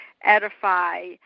edify